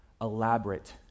elaborate